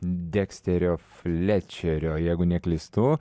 deksterio flečerio jeigu neklystu